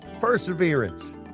perseverance